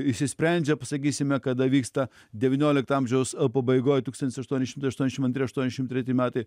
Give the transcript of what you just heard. išsisprendžia pasakysime kada vyksta devyniolikto amžiaus a pabaigoje tūkstantis aštuoni šimtai aštuošim antri aštuonšim treti metai